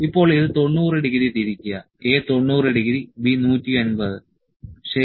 ഇപ്പോൾ ഇത് 90 ഡിഗ്രി തിരിക്കുക A 90 ഡിഗ്രി B 180 ശരി